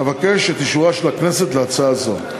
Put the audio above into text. אבקש את אישורה של הכנסת להצעה זו.